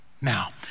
Now